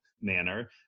manner